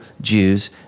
Jews